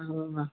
ना